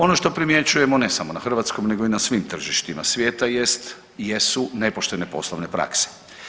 Ono što primjećujemo, ne samo na hrvatskom nego i na svim tržištima svijeta jest, jesu nepoštene poslovne prakse.